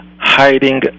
hiding